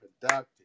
productive